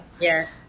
Yes